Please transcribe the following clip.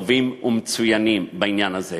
טובים ומצוינים בעניין הזה,